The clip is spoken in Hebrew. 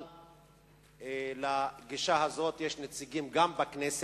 אבל לגישה הזאת יש נציגים גם בכנסת,